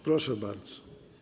Proszę bardzo.